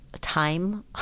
time